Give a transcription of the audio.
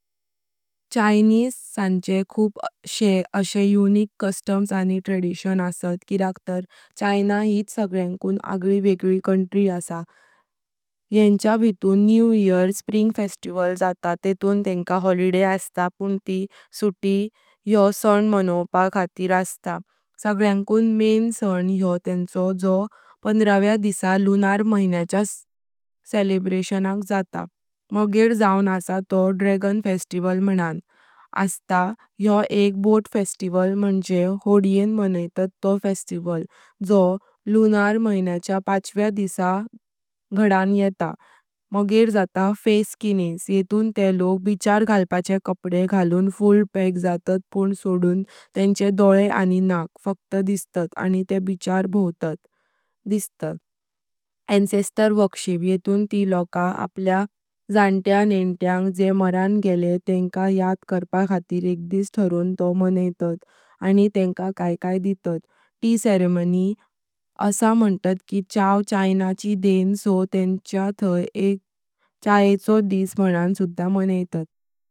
चायनीज सान्हे खूप शे आहें युनीक कस्टम्स आणि ट्रेडीशन आसा किद्याक तर चायना यीत सगळ्यानकुं आंग्ली वेग्ली कंट्री आसा। य्यांच्या भितुन न्यु ईयर (स्प्रिंग फेस्टिवल) जाता, तेतू तेंका हॉलिडे आसा पण ती हॉलिडे ये सां मानपाक खातीर आसा, सगळ्यानकुं मेन सां ये तेंचो जो पंधरव्या दिसा लुनार महिन्यान सेलेब्रेट जाता। मगर जाऊं आसा तो ड्रॅगन फेस्टिवल मानां आसा। ये एक बोट फेस्टिवल म्हणजे होड्येनं मानतात तो फेस्टिवल जो लुनार महिन्यान पाचव्या दिसा घडणं येता। "फेस-किनीज़": येतू ते लोक बीचार घालपाचे कपडे घालून फुल पैक जातात पण सोडून तेंकचे डोळे आणि नाक फक्त दिसतात आणि ते बीचार भौवतां दिसतात। अंसेस्टर वर्शिप: येतू ती लोकं आपल्या जन्मत्या नेंत्यांक जे मरण गेलें तेंका याद करपाक खातीर एक दिस ठारो तो मानातात। आणि तेंका काय काय दितात। टी सेरेमनी: आसा मनतात कि चांव चायना चि देन सो तेंच्या ठायी एक चायें चो दिस मानां सुधा मानतात।